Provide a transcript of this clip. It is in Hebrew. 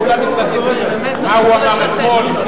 כולם מצטטים מה הוא אמר אתמול.